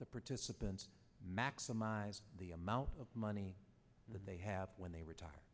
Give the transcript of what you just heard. the participants maximize the amount of money that they have when they retire